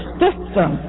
system